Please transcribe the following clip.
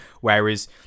Whereas